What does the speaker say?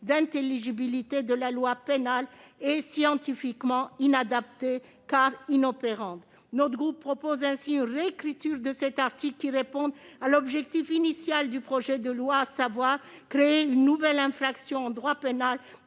d'intelligibilité de la loi pénale, et scientifiquement inadaptée, car inopérante. C'est pourquoi notre groupe propose de réécrire cet article pour répondre à l'objectif initial du projet de loi, à savoir créer une nouvelle infraction dans notre droit pénal